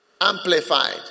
Amplified